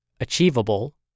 achievable